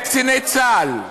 את קציני צה"ל.